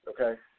okay